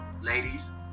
ladies